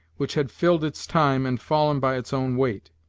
which had filled its time, and fallen by its own weight.